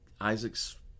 Isaac's